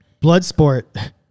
Bloodsport